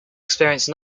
experience